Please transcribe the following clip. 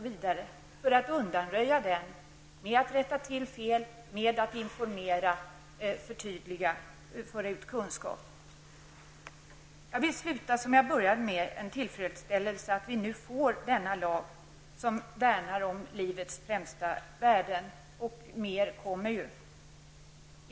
Vi måste undanröja denna misstro med att rätta till fel, informera, förtydliga och föra ut kunskap. Jag vill avsluta som jag började med att uttrycka en tillfredsställelse över att vi nu får denna lag som värnar om livets främsta värden, och det är ju mer på gång.